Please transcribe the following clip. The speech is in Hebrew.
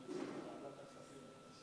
ועדת הכספים.